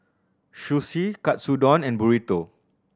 Sushi Katsudon and Burrito